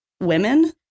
women